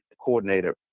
coordinator